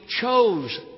chose